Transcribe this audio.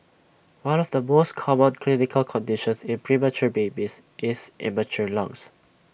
one of the most common clinical conditions in premature babies is immature lungs